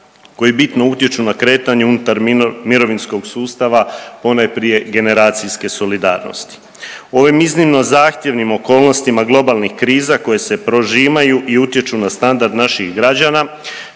koji bitno utječu na kretanje unutar mirovinskog sustava, ponajprije generacijske solidarnosti. U ovim iznimno zahtjevnim okolnostima globalnih kriza koje se prožimaju i utječu na standard naših građana